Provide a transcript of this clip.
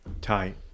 Tight